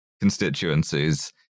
constituencies